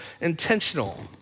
intentional